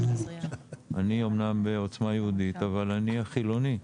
אני אמנם בעוצמה יהודית, אבל אני החילוני.